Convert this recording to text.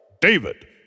David